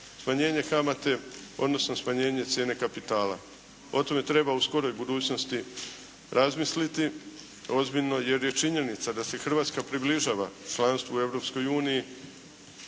smanjenje kamate odnosno smanjenje cijene kapitala. O tome treba u skoroj budućnosti razmisliti ozbiljno jer je činjenica da se Hrvatska približava članstvu u